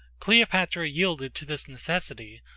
cleopatra yielded to this necessity,